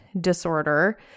disorder